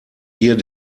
hier